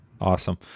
Awesome